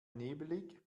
nebelig